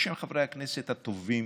בשם חברי הכנסת הטובים